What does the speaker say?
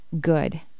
good